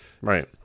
Right